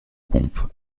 pompe